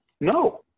No